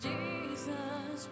Jesus